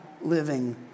living